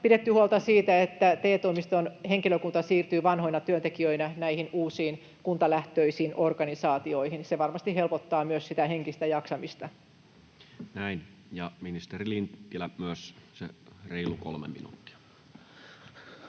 pidetty huolta siitä, että TE-toimistojen henkilökunta siirtyy vanhoina työntekijöinä näihin uusiin kuntalähtöisiin organisaatioihin. Se varmasti helpottaa myös sitä henkistä jaksamista. [Speech 37] Speaker: Toinen